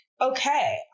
okay